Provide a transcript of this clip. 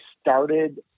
started